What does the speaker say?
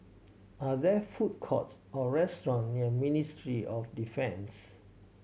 are there food courts or restaurant near Ministry of Defence